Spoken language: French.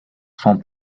sont